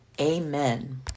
Amen